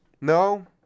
No